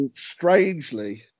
strangely